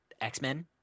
x-men